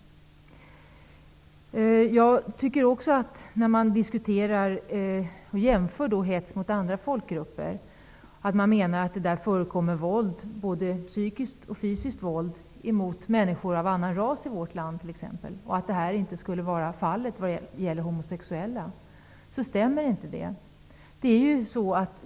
När man i diskussionen jämför med hets mot andra folkgrupper framförs ofta att det förekommer både fysiskt och psykiskt våld mot t.ex människor av annan ras i vårt land och att så inte skulle vara fallet när det gäller homosexuella. Det stämmer inte.